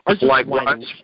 Likewise